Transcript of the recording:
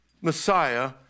Messiah